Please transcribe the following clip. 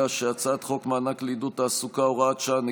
הצעת חוק מענק לעידוד תעסוקה (הוראת שעה,